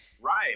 Right